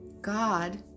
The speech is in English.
God